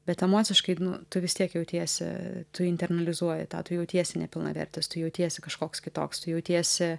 bet emociškai tu vis tiek jautiesi tu internalizuoji tą tu jautiesi nepilnavertis tu jautiesi kažkoks kitoks tu jautiesi